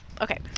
Okay